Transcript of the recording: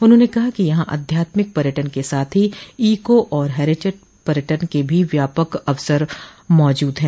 उन्होंने कहा कि यहां आध्यात्मिक पर्यटन के साथ ही ईको और हैरीटेज पर्यटन के भी व्यापक अवसर मौजूद है